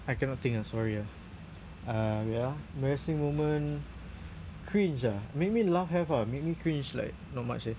I cannot think ah sorry ah uh wait ah embarrassing moment cringe ah make me laugh have ah make me cringe like not much eh